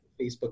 Facebook